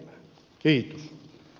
kiitos